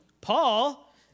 paul